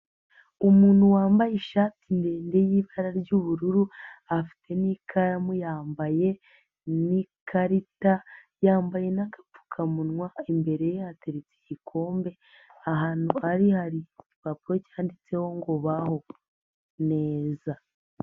Umuntu wambaye ishati ndende y'ibara ry'ubururu, afite n'ikaramu yambaye n'ikarita, yambaye n'agapfukamunwa, imbere ye hateretse igikombe, ahantu ari hari igipapuro cyanditseho ngo baho neza.